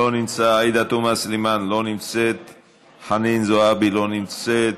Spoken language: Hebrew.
נמצאת, חנין זועבי, לא נמצאת,